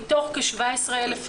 מתוך כ-17,000 אירועים,